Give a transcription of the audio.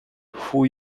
who